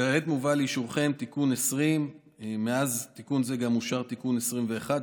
כעת מובא לאישורכם תיקון 20. מאז תיקון זה גם אושר תיקון 21,